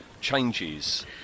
changes